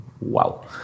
Wow